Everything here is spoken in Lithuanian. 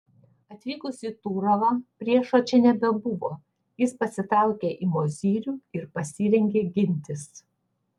atvykus į turovą priešo čia nebebuvo jis pasitraukė į mozyrių ir pasirengė gintis